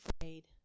afraid